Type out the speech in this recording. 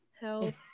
health